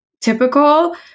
typical